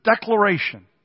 declaration